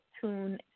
Tune